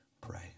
pray